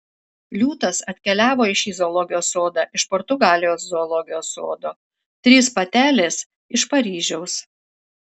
liūtas atkeliavo į šį zoologijos sodą iš portugalijos zoologijos sodo trys patelės iš paryžiaus